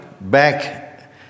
back